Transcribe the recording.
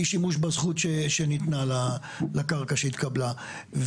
אי שימוש בזכות שניתנה לקרקע שהתקבלה.